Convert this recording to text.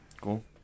Cool